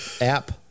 app